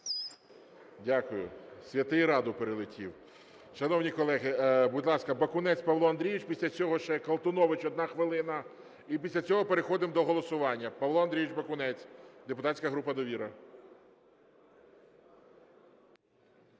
Дякую! Святий Раду перелетів. Шановні колеги! Будь ласка, Бакунець Павло Андрійович. Після цього ще Колтунович – одна хвилина. І після цього переходимо до голосування. Павло Андрійович Бакунець, депутатська група "Довіра".